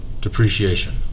depreciation